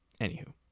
Anywho